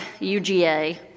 UGA